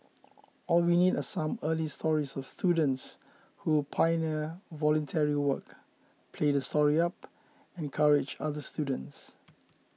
all we need are some early stories of students who pioneer voluntary work play the story up encourage other students